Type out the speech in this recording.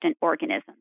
organisms